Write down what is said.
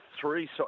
three